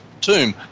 tomb